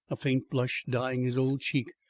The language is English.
a faint blush dyeing his old cheek.